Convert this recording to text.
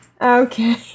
Okay